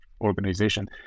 organization